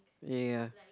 ya